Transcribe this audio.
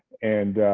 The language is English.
and